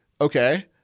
okay